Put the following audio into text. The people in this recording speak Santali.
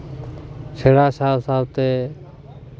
ᱥᱮᱬᱟ ᱥᱟᱣ ᱥᱟᱣᱛᱮ